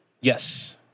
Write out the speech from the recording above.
Yes